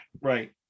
right